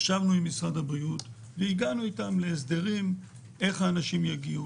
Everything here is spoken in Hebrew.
ישבנו עם משרד הבריאות והגענו איתם להסדרים איך האנשים יגיעו,